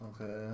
Okay